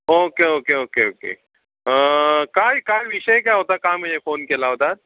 okay okay okay okay काय काय विषय काय होता का म्हणजे फोन केला होतात